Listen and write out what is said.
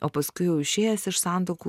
o paskui jau išėjęs iš santuokų